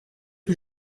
que